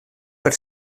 per